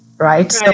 Right